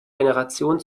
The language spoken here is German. generation